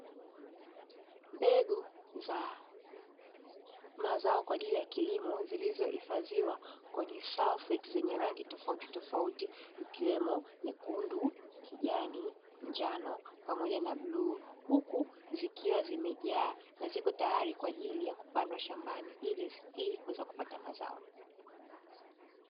Mbegu za mazao kwa ajili ya kilimo zilizohifadhiwa kwenye salfeti zenye rangi tofautitofauti, ikiwemo: nyekundu, kijani, njano, pamoja na bluu. Huku zikiwa zimejaa na ziko tayari kwa ajili ya kupandwa shambani ili kuweza kupata mazao.